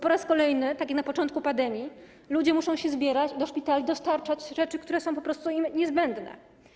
Po raz kolejny, tak jak na początku pandemii, ludzie muszą się zbierać i do szpitali dostarczać rzeczy, które są im po prostu niezbędne.